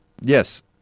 Yes